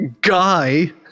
Guy